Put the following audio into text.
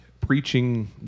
preaching